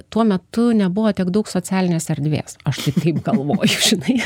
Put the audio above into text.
tuo metu nebuvo tiek daug socialinės erdvės aš tai taip galvoju žinai